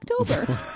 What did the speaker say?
October